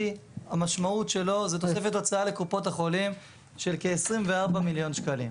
המשמעות של PET-CT זו תוספת הוצאה לקופות החולים של כ-24 מיליון שקלים.